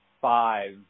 five